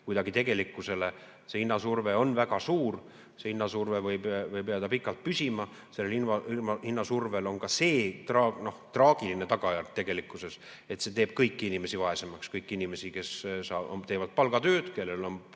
kuidagi tegelikkusele. Hinnasurve on väga suur, see hinnasurve võib jääda pikalt püsima. Sellel hinnasurvel on ka see traagiline tagajärg, et see teeb kõiki inimesi vaesemaks, kõiki inimesi, kes teevad palgatööd, kellel on